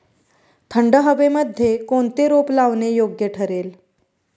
थंड हवेमध्ये कोणते रोप लावणे योग्य ठरेल?